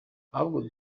ahubwo